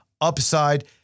upside